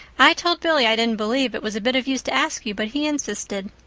i told billy i didn't believe it was a bit of use to ask you, but he insisted.